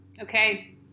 Okay